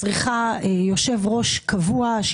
צריכה יושב-ראש קבוע.